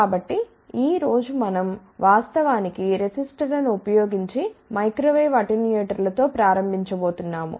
కాబట్టి ఈ రోజు మనం వాస్తవానికి రెసిస్టర్లను ఉపయోగించి మైక్రోవేవ్ అటెన్యూయేటర్లతో ప్రారంభించబోతున్నాము